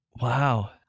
Wow